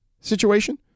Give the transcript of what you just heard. situation